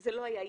זה לא היה איתי.